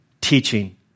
teaching